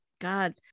God